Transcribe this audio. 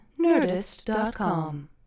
Nerdist.com